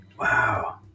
wow